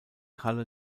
halle